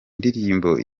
ndirimbo